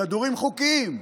כדורים חוקיים,